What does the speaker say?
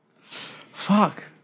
Fuck